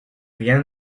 rien